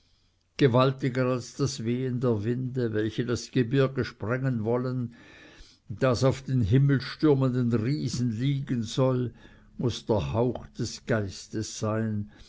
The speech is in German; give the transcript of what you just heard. gewaltiger als das wehen der winde welche das gebirge sprengen wollen das auf den himmelstürmenden riesen liegen soll muß der hauch des geistes sein